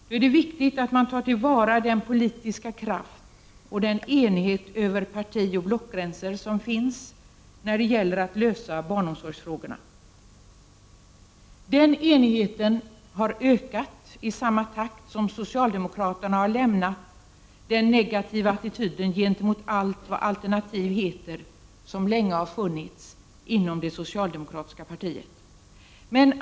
Det är därför viktigt att man tar till vara den politiska kraft och den enighet över partioch blockgränser som finns för att lösa barnomsorgsfrågorna. Den enigheten har ökat i samma takt som socialdemokraterna har lämnat den negativa attityden gentemot mot allt vad alternativ heter och som länge har funnits inom det socialdemokratiska partiet.